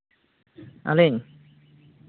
ᱟᱞᱤᱧ